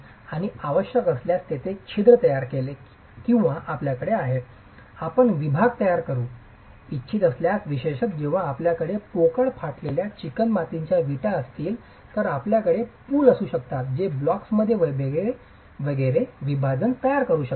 आणि आवश्यक असल्यास तेथे छिद्र तयार केले किंवा आपल्याकडे आहे आपण विभाग तयार करू इच्छित असल्यास विशेषत जेव्हा आपल्याकडे पोकळ फाटलेल्या चिकणमातीच्या विटा असतील तर आपल्याकडे पूल असू शकतात जे ब्लॉक्समध्ये वगैरे विभाजन तयार करु शकतात